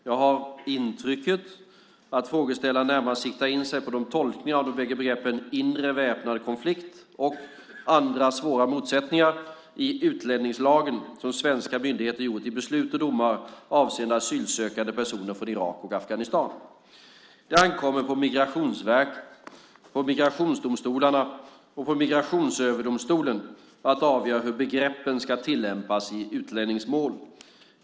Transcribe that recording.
Jag har intrycket att frågeställaren närmast siktar in sig på de tolkningar av de båda begreppen "inre väpnad konflikt" och "andra svåra motsättningar" i utlänningslagen som svenska myndigheter gjort i beslut och domar avseende asylsökande personer från Irak och Afghanistan. Det ankommer på Migrationsverket, migrationsdomstolarna och Migrationsöverdomstolen att avgöra hur begreppen ska tillämpas i utlänningsmål.